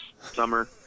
summer